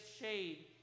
shade